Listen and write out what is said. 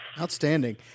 Outstanding